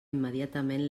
immediatament